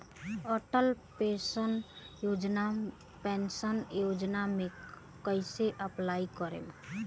Atal pension Yojana मे कैसे apply करेम?